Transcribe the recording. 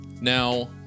Now